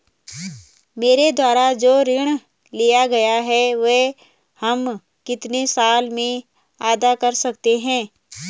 मेरे द्वारा जो ऋण लिया गया है वह हम कितने साल में अदा कर सकते हैं?